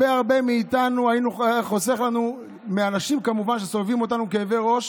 הוא היה חוסך מאנשים שסובבים אותנו כאבי ראש